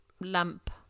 lamp